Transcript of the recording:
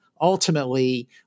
ultimately